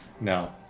No